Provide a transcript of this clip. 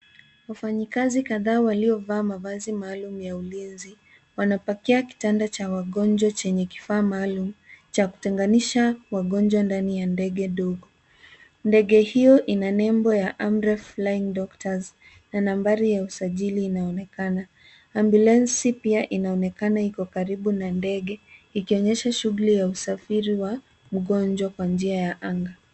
Wafanyikazi kadhaa waliovaa mavazi maalum ya ulinzi, wanapakia kitanda cha wagonjwa chenye kifaa maalum cha kutenganisha wagonjwa ndani ya ndege ndogo. Ndege hiyo ina nembo ya amri flying doctors na nambari ya usajili inaonekana. ambulance pia inaonekana iko karibu na ndege ikionyesha shughuli ya usafiri wa mgonjwa kwa njia ya anga.